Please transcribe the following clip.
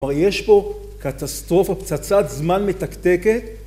יש פה קטסטרופה, פצצת זמן מתקתקת